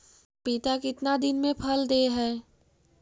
पपीता कितना दिन मे फल दे हय?